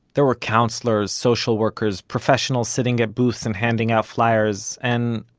there were counselors, social workers, professionals sitting at booths and handing out flyers, and,